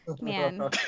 Man